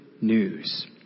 news